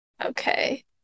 Okay